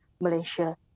Malaysia